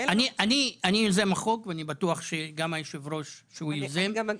אני יוזם החוק ואני בטוח שגם יושב הראש שהוא יוזם,